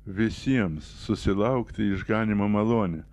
visiems susilaukti išganymo malonę